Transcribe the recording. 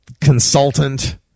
consultant